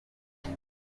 ejo